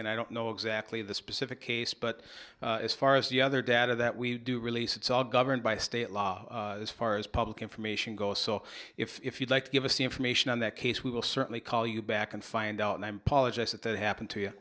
and i don't know exactly the specific case but as far as the other data that we do release it's all governed by state law as far as public information goes so if you'd like to give us the information on that case we will certainly call you back and find out and i'm paula just if that happened to you